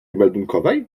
meldunkowej